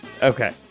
Okay